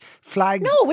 Flags